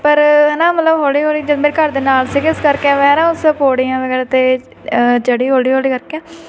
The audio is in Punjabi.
ਪਰ ਹੈ ਨਾ ਮਤਲਬ ਹੌਲੀ ਹੌਲੀ ਜਦ ਮੇਰੇ ਘਰ ਦੇ ਨਾਲ ਸੀਗੇ ਇਸ ਕਰਕੇ ਮੈਂ ਨਾ ਉਸ ਪੌੜੀਆਂ ਵਗੈਰਾ 'ਤੇ ਚੜੀ ਹੌਲੀ ਹੌਲੀ ਕਰਕੇ